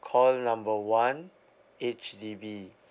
call number one H_D_B